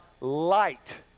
light